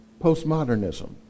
postmodernism